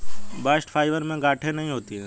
bast fibre में गांठे नहीं होती है